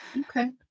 Okay